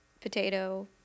potato